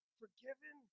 forgiven